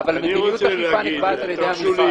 מדיניות אכיפה נקבעת על ידי המשרד.